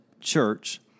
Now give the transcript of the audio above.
church